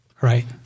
right